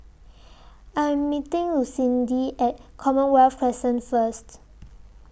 I Am meeting Lucindy At Commonwealth Crescent First